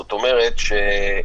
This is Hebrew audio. זאת אומרת,